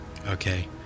okay